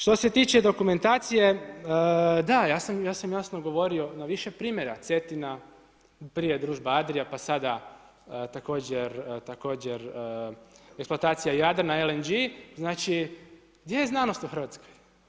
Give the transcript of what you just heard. Što se tiče dokumentacije, da ja sam jasno govorio na više primjera, Cetina, prije družba Adrija, pa sada također eksplantacija Jadrana, LNG, znači gdje je znanost u Hrvatskoj?